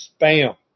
spam